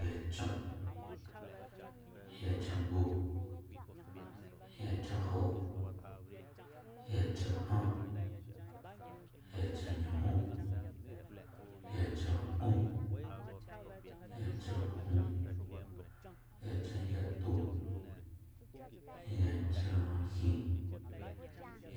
Yachan yachangu yachanjó yachajan yachanñujú yachan'un yachajun yachanyatu yachajin